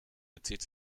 bezieht